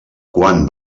quan